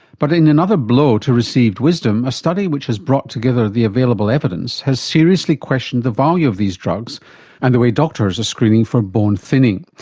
but in another blow to received wisdom, a study which has brought together the available evidence, has seriously questioned the value of these drugs and the way doctors are screening for bone thinning.